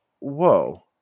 whoa